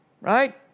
right